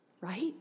Right